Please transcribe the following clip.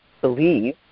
believe